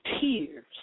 tears